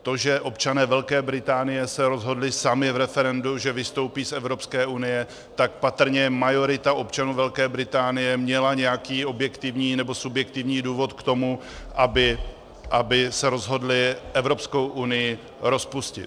To, že občané Velké Británie se rozhodli sami v referendu, že vystoupí z Evropské unie, tak patrně majorita občanů Velké Británie měla nějaký objektivní nebo subjektivní důvod k tomu, aby se rozhodla Evropskou unii rozpustit.